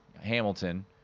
Hamilton